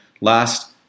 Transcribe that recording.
last